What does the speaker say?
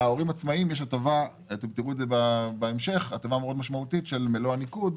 להורים עצמאים יש הטבה מאוד משמעותית של מלוא הניקוד,